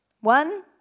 One